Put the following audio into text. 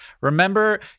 Remember